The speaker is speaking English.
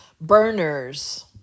burners